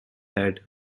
head